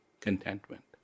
contentment